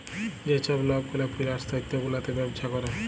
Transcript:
যে ছব লক গুলা ফিল্যাল্স তথ্য গুলাতে ব্যবছা ক্যরে